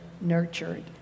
nurtured